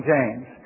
James